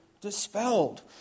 dispelled